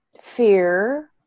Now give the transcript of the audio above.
fear